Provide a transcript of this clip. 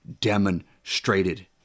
demonstrated